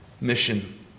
mission